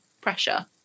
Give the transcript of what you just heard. pressure